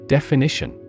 Definition